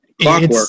Clockwork